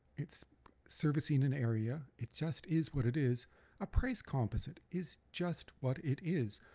it's servicing an area it just is what it is a price composite is just what it is.